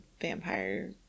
vampire